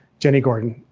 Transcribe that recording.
jenny gordon.